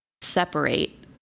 separate